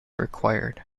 required